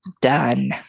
done